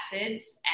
acids